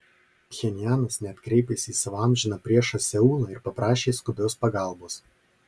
pchenjanas net kreipėsi į savo amžiną priešą seulą ir paprašė skubios pagalbos